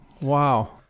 Wow